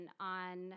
on